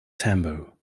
tambo